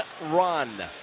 run